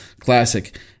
Classic